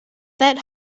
that